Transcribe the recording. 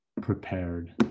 prepared